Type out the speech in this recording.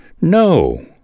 No